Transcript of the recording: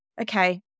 okay